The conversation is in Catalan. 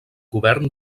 govern